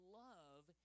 love